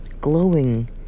glowing